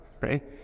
right